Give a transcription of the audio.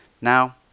Now